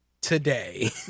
today